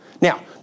Now